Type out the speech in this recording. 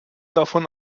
davon